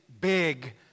big